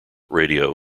radio